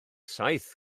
saith